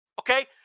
okay